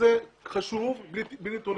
חשוב בלי נתונים?